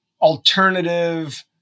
alternative